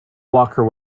walker